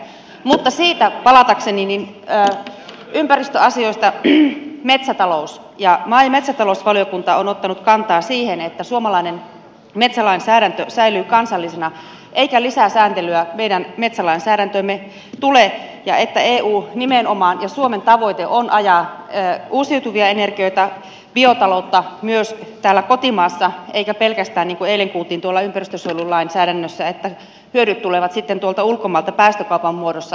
mutta palatakseni ympäristöasioista metsätalouteen maa ja metsätalousvaliokunta on ottanut kantaa siihen että suomalainen metsälainsäädäntö säilyy kansallisena eikä lisää sääntelyä meidän metsälainsäädäntöömme tule ja että suomen tavoite on ajaa uusiutuvia energioita biotaloutta myös täällä kotimaassa eikä pelkästään niin niin kuin eilen kuultiin olevan tuolla ympäristönsuojelulainsäädännössä että hyödyt tulevat sitten tuolta ulkomailta päästökaupan muodossa